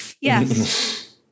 yes